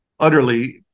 utterly